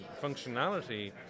functionality